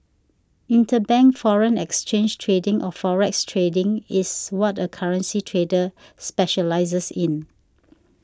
interbank foreign exchange trading or forex trading is what a currency trader specialises in